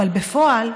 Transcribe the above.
אבל בפועל,